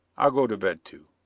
i'll go to bed, too.